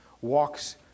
walks